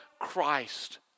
christ